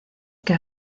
que